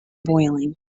boiling